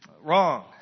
Wrong